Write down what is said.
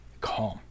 calm